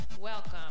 Welcome